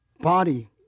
body